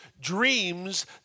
dreams